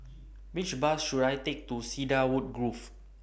Which Bus should I Take to Cedarwood Grove